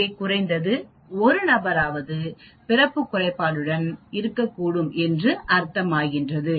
இங்கே குறைந்தது 1 நபராவது பிறப்பு குறைபாடுடன் இருக்கக்கூடும் என்று அர்த்தமாகிறது